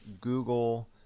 Google